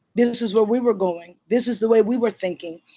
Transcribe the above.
this is where we were going. this is the way we were thinking.